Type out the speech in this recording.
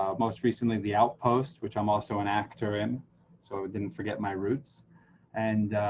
ah most recently the outpost which i'm also an actor and so didn't forget my roots and